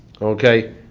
Okay